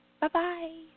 Bye-bye